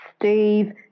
Steve –